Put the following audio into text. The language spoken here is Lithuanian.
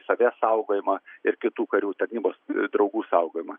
save saugojimą ir kitų karių tarnybos draugų saugojimą